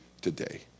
today